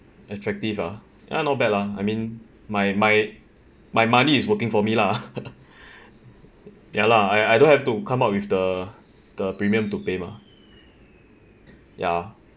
attractive ah ya not bad lah I mean my my my money is working for me lah ya lah I I don't have to come up with the the premium to pay mah ya